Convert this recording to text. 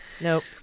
nope